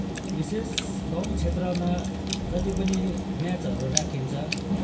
विशेष गाउँ क्षेत्रमा जति पनि म्याचहरू राखिन्छ